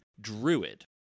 Druid